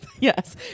Yes